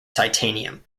titanium